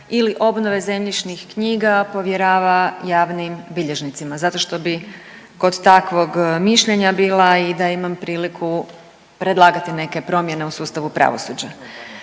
ili obnove zemljišnih knjiga povjerava javnim bilježnicima zato što bi kod takvog mišljenja bila i da imam priliku predlagati neke promjene u sustavu pravosuđa.